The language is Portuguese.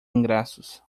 ingressos